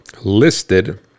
listed